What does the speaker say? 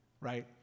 right